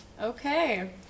okay